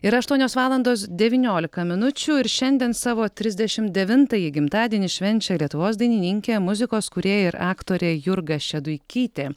yra aštuonios valandos devyniolika minučių ir šiandien savo trisdešimt devintąjį gimtadienį švenčia lietuvos dainininkė muzikos kūrėja ir aktorė jurga šeduikytė